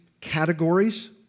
categories